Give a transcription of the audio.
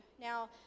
now